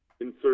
Insert